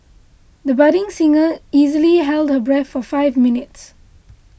the budding singer easily held her breath for five minutes